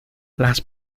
las